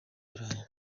burayi